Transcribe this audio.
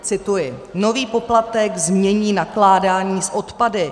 Cituji: Nový poplatek změní nakládání s odpady.